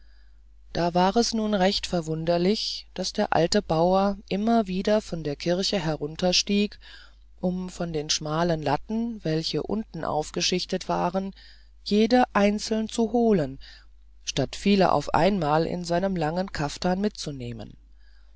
da war es nun recht verwunderlich daß der alte bauer immer wieder von der kirche herunterstieg um von den schmalen latten welche unten aufgeschichtet waren jede einzeln zu holen statt viele auf einmal in seinem langen kaftan mitzunehmen